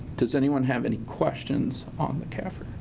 does anyone have any questions on the cafr?